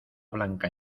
blanca